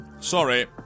Sorry